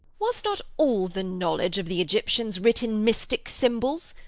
was not all the knowledge of the aegyptians writ in mystic symbols?